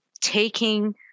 taking